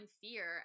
fear